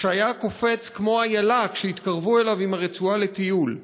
שהיה קופץ כמו איילה כשהתקרבו אליו עם הרצועה לטיול,